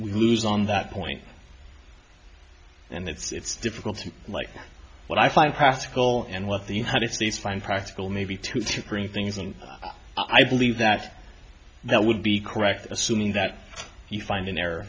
we lose on that point and it's difficult to like what i find classical and what the united states find practical maybe two to three things and i believe that that would be correct assuming that you find in there